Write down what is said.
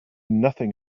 nothing